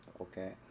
okay